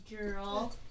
girl